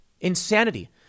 Insanity